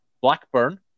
blackburn